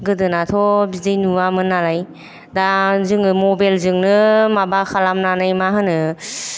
गोदोनाथ' बिदि नुवामोन नालाय दा जोङो मबाइलजोंनो माबा खालामनानै मा होनो